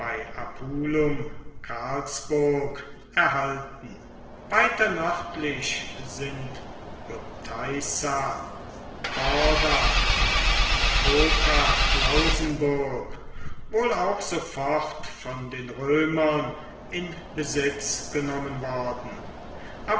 erhalten weiter nördlich sind potaissa thorda und napoca klausenburg wohl auch sofort von den römern in besitz genommen worden